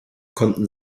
konnten